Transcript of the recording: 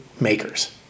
makers